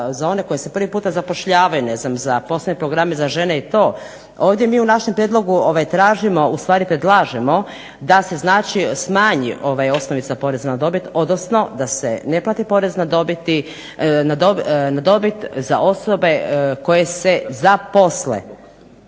za one koji se prvi puta zapošljavaju, ne znam za posebne programe za žene i to. Ovdje mi u našem prijedlogu tražimo, ustvari predlažemo da se znači smanji osnovica poreza na dobit, odnosno da se ne plati porez na dobit za osobe koje se zaposle.